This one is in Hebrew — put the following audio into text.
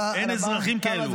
אין אזרחים כאלה.